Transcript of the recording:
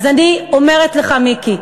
אז אני אומרת לך, מיקי: